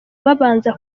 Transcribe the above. babanza